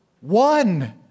one